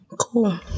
Cool